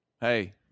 Hey